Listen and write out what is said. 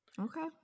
Okay